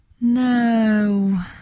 No